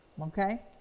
okay